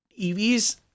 EVs